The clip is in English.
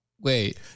Wait